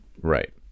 Right